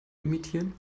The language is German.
imitieren